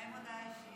מה עם הודעה אישית?